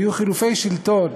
יהיו חילופי שלטון,